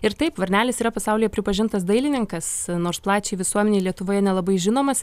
ir taip varnelis yra pasaulyje pripažintas dailininkas nors plačiai visuomenei lietuvoje nelabai žinomas